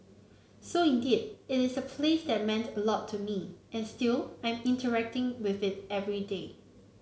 so indeed it is a place that meant a lot to me and still I'm interacting with it every day